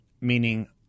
meaning